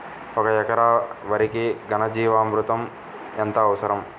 ఒక ఎకరా వరికి ఘన జీవామృతం ఎంత అవసరం?